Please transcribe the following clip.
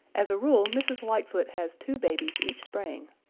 as a rule mrs. lightfoot has two babies each spring.